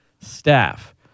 staff